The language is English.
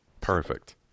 Perfect